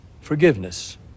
forgiveness